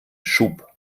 schub